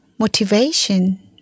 motivation